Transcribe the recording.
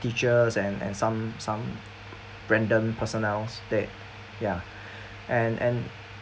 teachers and and some some random personnels that ya and and